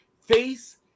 face